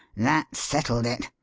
that settled it.